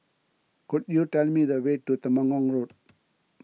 could you tell me the way to Temenggong Road